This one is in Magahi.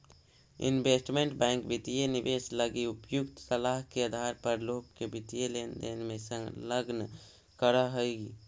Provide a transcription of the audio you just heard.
इन्वेस्टमेंट बैंक वित्तीय निवेश लगी उपयुक्त सलाह के आधार पर लोग के वित्तीय लेनदेन में संलग्न करऽ हइ